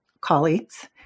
colleagues